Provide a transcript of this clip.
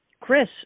Chris